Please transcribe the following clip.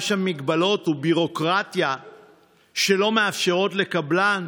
שם מגבלות וביורוקרטיה שלא מאפשרות לקבלן,